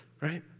right